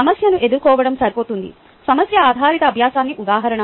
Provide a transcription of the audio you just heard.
సమస్యను ఎదుర్కోవడం సరిపోతుంది సమస్య ఆధారిత అభ్యాసానికి ఉదాహరణ